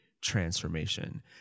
transformation